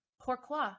pourquoi